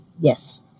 yes